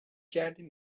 کردیم